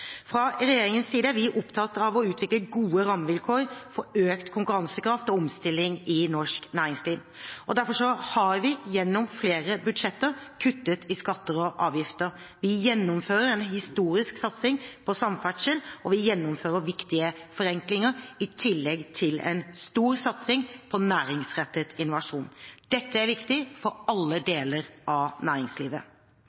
Fra regjeringens side er vi opptatt av å utvikle gode rammevilkår for økt konkurransekraft og omstilling i norsk næringsliv. Derfor har vi gjennom flere budsjett kuttet i skatter og avgifter. Vi gjennomfører en historisk satsing på samferdsel, og vi gjennomfører viktige forenklinger i tillegg til en stor satsing på næringsrettet innovasjon. Dette er viktig for alle deler av næringslivet.